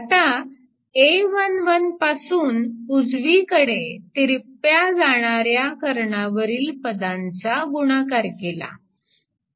आता a11 पासून उजवीकडे तिरप्या जाणाऱ्या कर्णावरील पदांचा गुणाकार केला